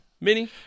Mini